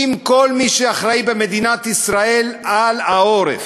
עם כל מי שאחראי במדינת ישראל לעורף.